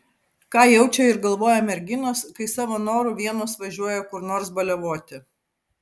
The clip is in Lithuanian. ką jaučia ir galvoja merginos kai savo noru vienos važiuoja kur nors baliavoti